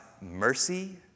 mercy